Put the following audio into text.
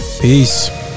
Peace